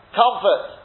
comfort